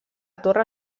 torre